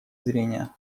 зрения